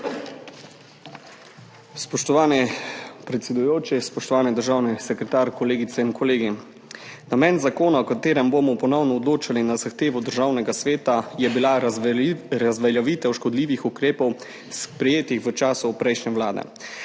Spoštovani predsedujoči, spoštovani državni sekretar, kolegice in kolegi! Namen zakona, o katerem bomo ponovno odločali na zahtevo Državnega sveta, je bila razveljavitev škodljivih ukrepov, sprejetih v času prejšnje vlade.